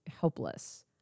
helpless